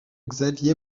xavier